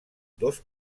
dos